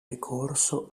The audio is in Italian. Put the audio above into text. ricorso